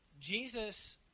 Jesus